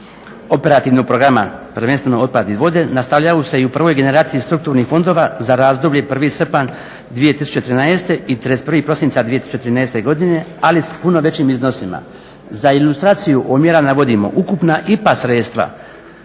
operativnog programa prvenstveno otpadne vode nastavljaju se i u prvoj generaciji strukturnih fondova za razdoblje 1. srpanj 2013. i 31. prosinca 2013. godine ali s puno većim iznosima. Za ilustraciju o mjerama navodimo ukupna IPA sredstva